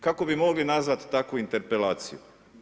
Kako bi mogli nazvati takvu interpelaciju?